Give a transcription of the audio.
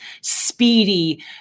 speedy